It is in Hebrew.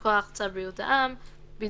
או מכוח צו בריאות העם (נגיף